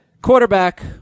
Quarterback